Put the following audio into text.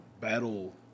battle